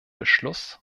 beschluss